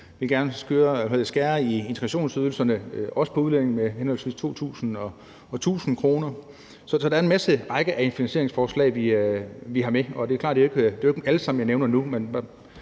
vi vil også gerne skære i integrationsydelserne for udlændinge med henholdsvis 2.000 og 1.000 kr. Så der er en hel række af finansieringsforslag, vi har med, og det er jo klart, at det ikke er dem alle sammen, jeg nævner nu.